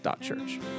church